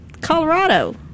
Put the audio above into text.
Colorado